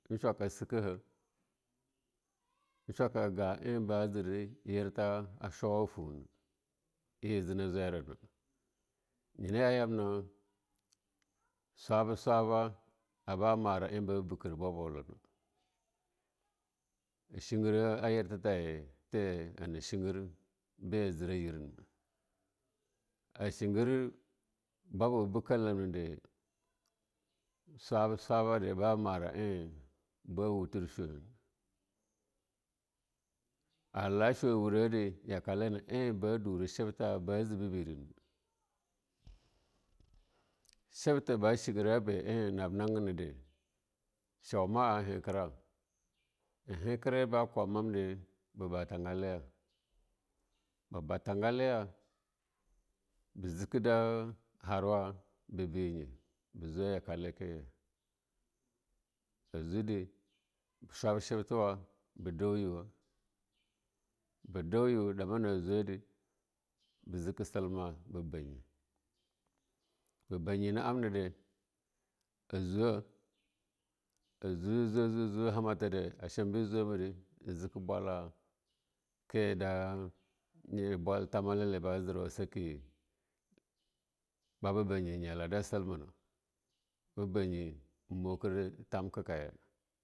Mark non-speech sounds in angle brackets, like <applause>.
In shwaka sikahe in shwaka gah en ba jir yerta a chuwa tuna, ye a jina zwai yerye na, nya ya yamnana swaba - swaba aba mara en ba bikir babwena, <noise> in chingira a yerta ta yire the hana changir en a ba jira yirna. Achingir babwa bika lamnade swaba-swaba de aba hah eh ba bikir babulede a ba wutur china, a hah chuwa wurade a ba mara eh ba dure chimthe naba chingira be nab nangen de chuma a hentira a henkire en ba kwabra mamdina hetira be ba tangaleya ba ba tangaleya da be jika da harwa be binye, ba jwa yakale ke ajwede be chubchebtawa be dauyma be dauyewa a damna jwade be jike selma ba banyi, ba banye na abnade ajwa ajwa na ajwa-ajwa hamata de asham be jwama inha mata de a shwaba da in jika bwa la le ba jirwa a da sikena a babe banyina in jika da bwaltha mala le ba jirala a sikena ba be banyi nyala da sulmina be banyi beken en mukir da tamka kaye.